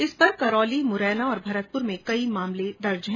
इस पर करौली मुरेना और भरतपुर में कई मामले दर्ज है